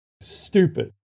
stupid